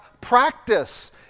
practice